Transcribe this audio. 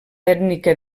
ètnica